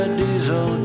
diesel